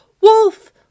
wolf